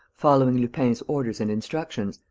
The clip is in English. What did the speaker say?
following lupin's orders and instructions,